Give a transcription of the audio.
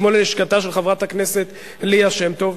כמו ללשכתה של חברת הכנסת ליה שמטוב,